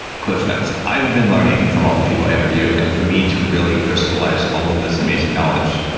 cliffsnotes i've been learning from all the people i interview and for me to really crystallize all of this amazing knowledge,